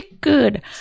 good